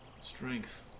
Strength